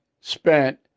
spent